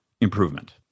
improvement